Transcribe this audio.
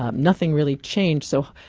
um nothing really changed. so